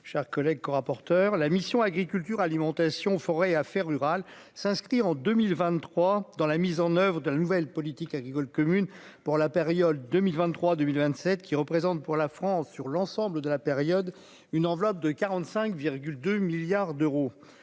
chers collègues corapporteur la mission Agriculture alimentation forêt et affaires rurales s'inscrit en 2023 dans la mise en oeuvre de la nouvelle politique agricole commune pour la période 2023 2027 qu'il représente pour la France sur l'ensemble de la période, une enveloppe de 45 2 milliards d'euros,